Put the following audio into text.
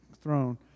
throne